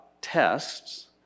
tests